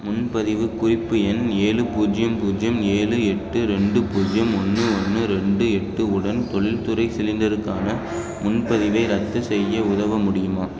முன்பதிவுக் குறிப்பு எண் ஏழு பூஜ்ஜியம் பூஜ்ஜியம் ஏழு எட்டு ரெண்டு பூஜ்ஜியம் ஒன்று ஒன்று ரெண்டு எட்டு உடன் தொழில்துறை சிலிண்டருக்கான முன்பதிவை ரத்து செய்ய உதவ முடியுமா